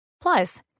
Plus